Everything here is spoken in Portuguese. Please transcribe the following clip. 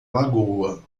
lagoa